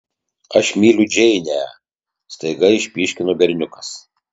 aš mylėjau džeinę staiga išpyškino berniukas